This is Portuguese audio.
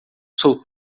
sou